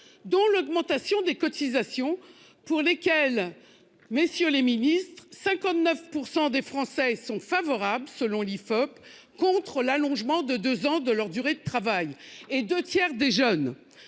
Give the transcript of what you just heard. dont l'augmentation des cotisations pour lesquels, messieurs les Ministres, 59% des Français sont favorables selon l'IFOP, contre l'allongement de 2 ans de leur durée de travail et 2 tiers des jeunes.